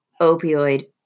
opioid